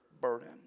burden